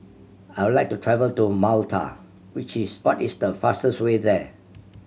I would like to travel to Malta which is what is the fastest way there